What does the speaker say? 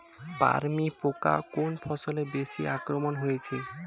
পামরি পোকা কোন ফসলে বেশি আক্রমণ হয়েছে?